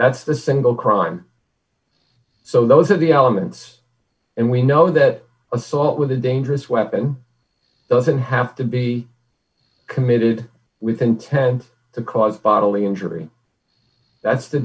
that's the single crime so those are the elements and we know that assault with a dangerous weapon doesn't have to be committed with intent to cause bodily injury that's the